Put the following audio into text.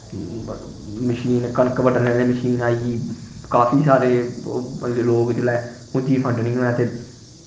machine कनक बड्डने आह्ली मशीन आई गेई काफी सारे ओह् लोग जेल्लै मुंजी फंडनी होऐ ते